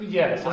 yes